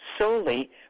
solely